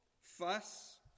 fuss